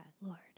Lord